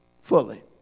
fully